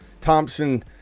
Thompson